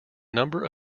number